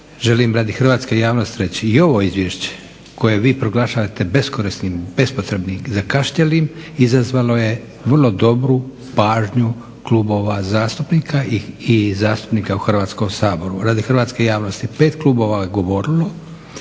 želim radi hrvatske javnosti reći. I ovo izvješće koje vi proglašavate beskorisnim, bespotrebnim, zakašnjelim izazvalo je vrlo dobru pažnju klubova zastupnika i zastupnica u Hrvatskom saboru,